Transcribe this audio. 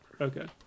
okay